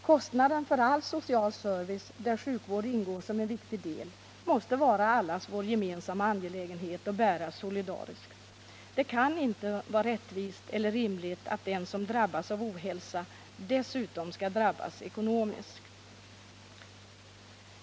Kostnaden för all social service, där sjukvård ingår som en viktig del, måste vara allas vår gemensamma angelägenhet och bäras solidariskt. Det kan inte vara rättvist eller rimligt att den som drabbas av ohälsa dessutom skall drabbas ekonomiskt.